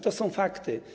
To są fakty.